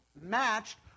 matched